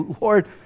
Lord